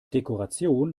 dekoration